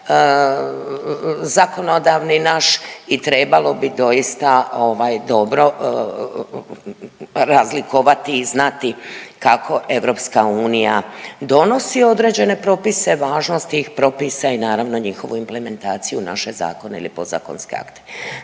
zakonodavni naš i trebalo bi doista ovaj, dobro razlikovati i znati kako EU donosi određene propise, važnost tih propisa i naravno, njihovu implementaciju u naše zakone ili podzakonske akte.